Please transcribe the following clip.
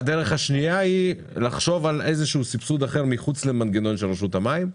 הדרך השנייה היא לחשוב על איזה סבסוד אחר מחוץ למנגנון של רשות המים.